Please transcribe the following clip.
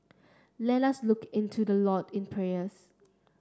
let us look into the Lord in prayers